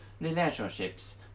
relationships